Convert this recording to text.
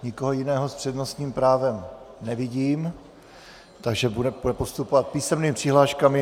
Nikoho jiného s přednostním právem nevidím, takže budeme postupovat písemnými přihláškami.